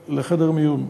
לחדר מיון.